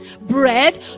bread